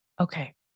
Okay